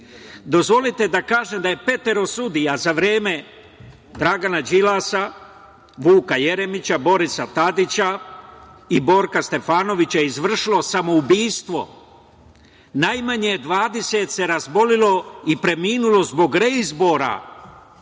Dozvolite da kažem da je petoro sudija za vreme Dragana Đilasa, Vuka Jeremića, Borisa Tadića, i Borka Stefanovića, izvršilo samoubistvo najmanje se 20 razbolelo i preminulo zbog reizbora,